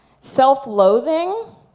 Self-loathing